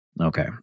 Okay